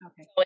okay